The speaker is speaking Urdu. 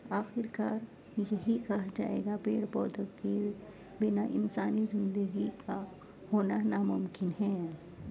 آخرکار یہی کہا جائے گا پیڑ پودوں کی بنا انسانی زندگی کا ہونا ناممکن ہیں